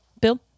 Bill